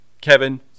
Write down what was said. kevin